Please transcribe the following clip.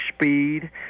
speed